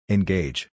Engage